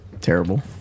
terrible